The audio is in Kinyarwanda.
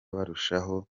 barushaho